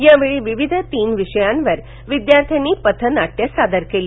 यावेळी विविध तीन विषयावर विद्यार्थ्यानी पथनाट्य सादर केलं